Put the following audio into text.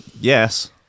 yes